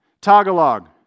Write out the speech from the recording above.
Tagalog